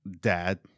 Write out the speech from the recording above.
dad